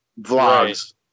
vlogs